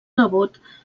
nebot